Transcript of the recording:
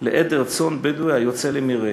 לעדר צאן בדואי היוצא למרעה.